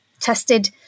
tested